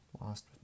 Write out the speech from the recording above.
Lost